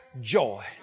joy